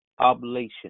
oblation